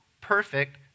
perfect